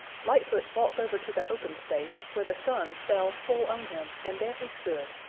lightfoot walked over to the open space where the sun fell full on him and there he stood,